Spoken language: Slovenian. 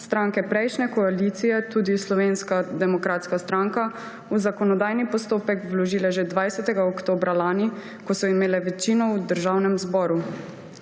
stranke prejšnje koalicije, tudi Slovenska demokratska stranka, v zakonodajni postopek vložile že 20. oktobra lani, ko so imele večino v Državnem zboru.